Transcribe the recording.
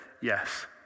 yes